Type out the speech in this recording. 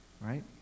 Right